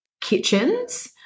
kitchens